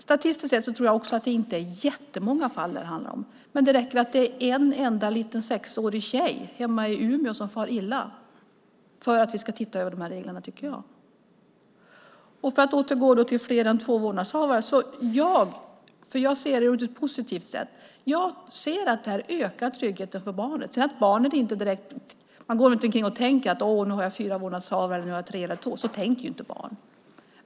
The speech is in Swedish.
Statistiskt sett tror jag inte att det handlar om jättemånga fall, men det räcker att det är en enda liten sexårig tjej hemma i Umeå som far illa för att vi ska titta över de här reglerna, tycker jag. För att återgå till frågan om fler än två vårdnadshavare kan jag säga, då jag ser det på ett positivt sätt, att det ökar tryggheten för barnet. Barnet går inte omkring och tänker att nu har jag fyra vårdnadshavare, nu har jag tre eller två. Så tänker inte barn.